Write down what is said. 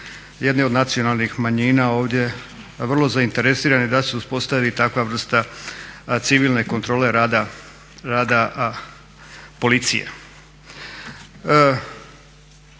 jedne od nacionalnih manjina ovdje vrlo zainteresirani da se uspostavi takva vrsta civilne kontrole rada policije.